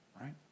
right